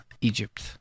Egypt